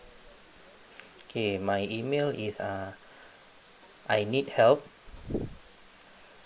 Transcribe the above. okay my email is uh I need help